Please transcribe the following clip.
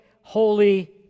holy